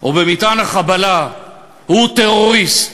או במטען החבלה הוא טרוריסט,